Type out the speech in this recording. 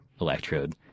electrode